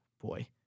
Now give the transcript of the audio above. boy